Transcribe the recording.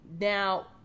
Now